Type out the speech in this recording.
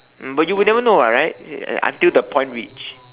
but you would never know what right until the point which